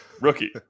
rookie